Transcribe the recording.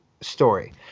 story